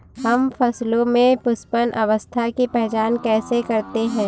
हम फसलों में पुष्पन अवस्था की पहचान कैसे करते हैं?